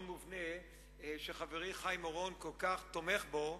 המובנה שחברי חיים אורון כל כך תומך בו.